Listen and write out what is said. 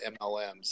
mlms